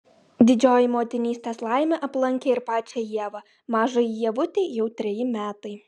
didžioji motinystės laimė aplankė ir pačią ievą mažajai ievutei jau treji metai